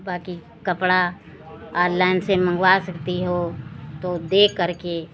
बाकी कपड़ा ऑनलाइन से मँगवा सकती हो तो देख करके